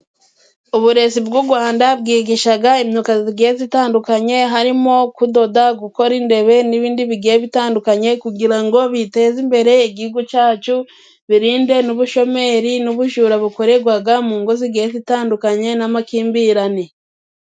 Uburezi bw'u Gwanda bwigishaga imyuga zigiye zitandukanye harimo kudoda, gukora indebe, n'ibindi bigiye bitandukanye, kugira ngo biteze imbere Igihugu cacu, birinde n'ubushomeri, n'ubujura bukoregwaga mu ngo zigiye zitandukanye n'amakimbirane.